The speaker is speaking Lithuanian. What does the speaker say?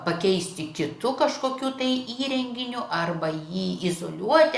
pakeisti kitu kažkokiu tai įrenginiu arba jį izoliuoti